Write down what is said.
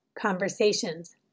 conversations